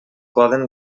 poden